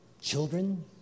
children